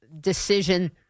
decision